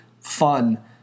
fun